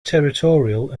territorial